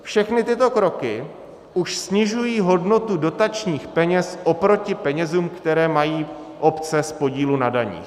Všechny tyto kroky už snižují hodnotu dotačních peněz oproti penězům, které mají obce z podílu na daních.